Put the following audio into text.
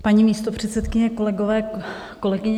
Paní místopředsedkyně, kolegové, kolegyně.